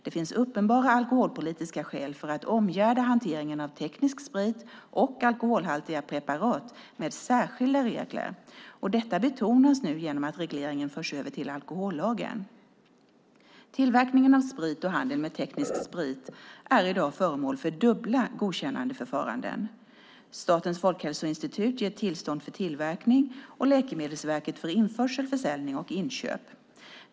Det finns uppenbara alkoholpolitiska skäl för att omgärda hanteringen av teknisk sprit och alkoholhaltiga preparat med särskilda regler, och detta betonas nu genom att regleringen förs över till alkohollagen. Tillverkning av sprit och handel med teknisk sprit är i dag föremål för dubbla godkännandeförfaranden. Statens folkhälsoinstitut ger tillstånd för tillverkning och Läkemedelsverket för införsel, försäljning och inköp.